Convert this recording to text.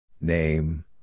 Name